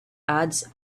ads